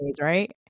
right